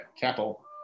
Capel